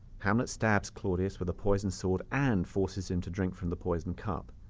hamlet stabs claudius with the poisoned sword and forces him to drink from the poisoned cup.